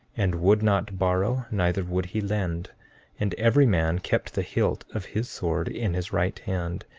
and would not borrow neither would he lend and every man kept the hilt of his sword in his right hand,